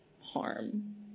harm